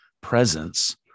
presence